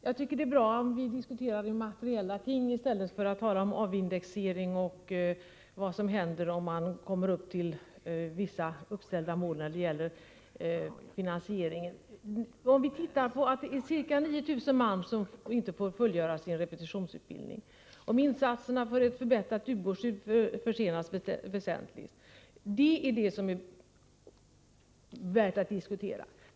Fru talman! Det är bra om vi diskuterar materiella ting i stället för att tala i termer som avindexering och vad som händer om man inte når vissa uppställda mål när det gäller finansieringen. Ca 9 000 man får inte fullgöra sin repetitionsutbildning. Insatserna för ett förbättrat ubåtsskydd försenas väsentligt. Detta är värt att diskutera.